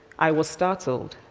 i was startled.